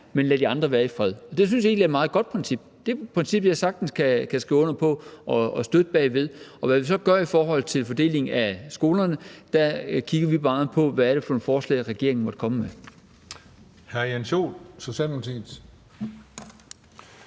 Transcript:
man lader de andre være i fred. Det synes jeg egentlig er et meget godt princip. Det er et princip, jeg sagtens kan skrive under på og støtte. Hvad vi så gør i forhold til fordelingen på skolerne, ja, der kigger vi bare på, hvad det er for nogle forslag, regeringen måtte komme med.